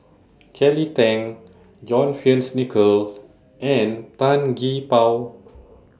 Kelly Tang John Fearns Nicoll and Tan Gee Paw